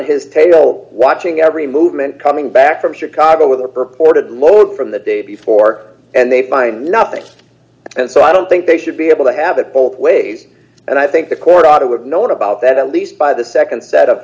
his tail watching every movement coming back from chicago with a purported load from the day before and they find nothing and so i don't think they should be able to have it both ways and i think the court ought to have known about that at least by the nd set of